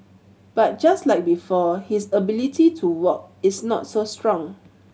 but just like before his ability to walk is not so strong